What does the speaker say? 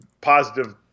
positive